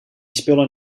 spullen